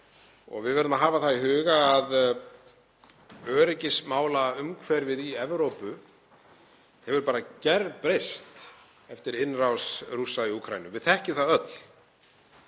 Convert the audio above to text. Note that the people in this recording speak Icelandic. Við verðum að hafa það í huga að öryggismálaumhverfið í Evrópu hefur gerbreyst eftir innrás Rússa í Úkraínu. Við þekkjum það öll.